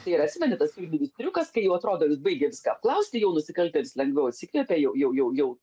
tai ar atsimeni tas firminis triukas kai jau atrodo jis baigė viską apklausti jau nusikaltėlis lengviau atsikvėpė jau jau jau jau